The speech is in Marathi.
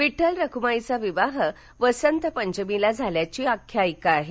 विड्ठल रखुमाईचा विवाह वसंत पंचमीला झाल्याची आख्यायिका आहे